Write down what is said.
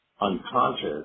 unconscious